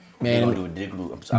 Man